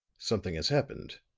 something has happened.